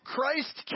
Christ